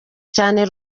cyane